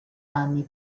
anni